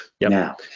Now